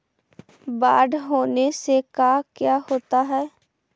बाढ़ होने से का क्या होता है?